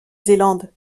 zélande